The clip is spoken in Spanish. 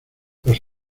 los